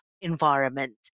environment